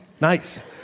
Nice